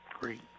Great